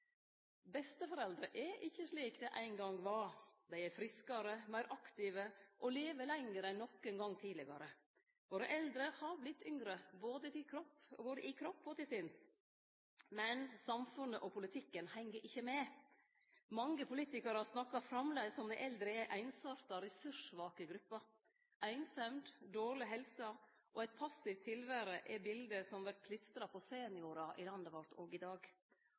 er ikkje slik dei ein gong var. Dei er friskare, meir aktive og lever lenger enn nokon gong tidlegare. Våre eldre har vorte yngre, både i kropp og til sinns. Men samfunnet og politikken heng ikkje med. Mange politikarar snakkar framleis om dei eldre som ei einsarta, ressurssvak gruppe. Einsemd, dårleg helse og eit passivt tilvere er bilete som vert klistra på seniorar i landet vårt òg i dag,